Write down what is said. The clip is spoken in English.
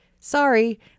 Sorry